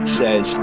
says